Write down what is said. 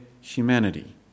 humanity